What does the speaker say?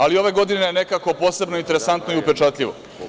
Ali, ove godine je nekako posebno interesantno i upečatljivo.